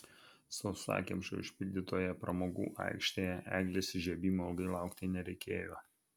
sausakimšai užpildytoje pramogų aikštėje eglės įžiebimo ilgai laukti nereikėjo